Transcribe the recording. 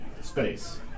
space